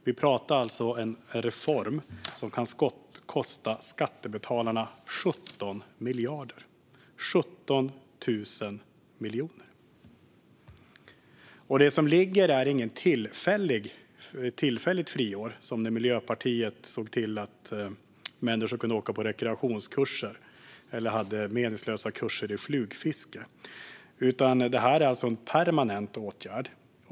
Vi pratar alltså om en reform som kan kosta skattebetalarna 17 miljarder - 17 000 miljoner. Och det som ligger är inget tillfälligt friår, som när Miljöpartiet såg till att människor kunde åka på rekreationskurser eller gå meningslösa kurser i flugfiske, utan det är en permanent åtgärd.